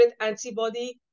antibody